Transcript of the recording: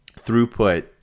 throughput